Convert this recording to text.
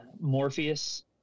Morpheus